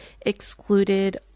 excluded